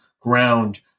ground